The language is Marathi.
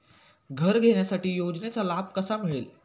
घर घेण्यासाठी योजनेचा लाभ कसा मिळेल?